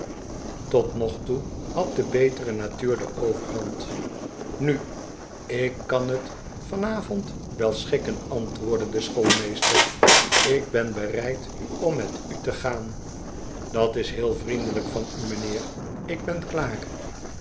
tot nog toe had de betere natuur de overhand nu ik kan het van avond wel schikken antwoordde de schoolmeester ik ben bereid om met u te gaan dat is heel vriendelijk van u mijnheer ik ben klaar